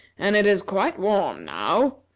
and it is quite warm now.